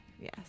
yes